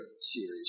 series